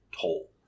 toll